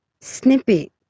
snippet